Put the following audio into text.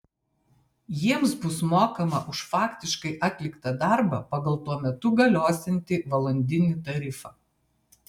jiems bus mokama už faktiškai atliktą darbą pagal tuo metu galiosiantį valandinį tarifą